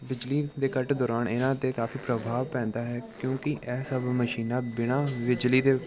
ਬਿਜਲੀ ਦੇ ਕੱਟ ਦੌਰਾਨ ਇਹਨਾਂ 'ਤੇ ਕਾਫ਼ੀ ਪ੍ਰਭਾਵ ਪੈਂਦਾ ਹੈ ਕਿਉਂਕਿ ਇਹ ਸਭ ਮਸ਼ੀਨਾਂ ਬਿਨਾਂ ਬਿਜਲੀ ਦੇ